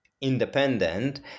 independent